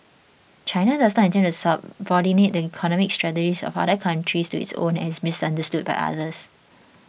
China does not intend to subordinate the economic strategies of other countries to its own and is misunderstood by others